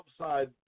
upside